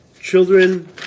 Children